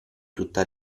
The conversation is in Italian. tutta